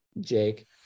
Jake